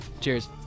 cheers